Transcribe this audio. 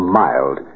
mild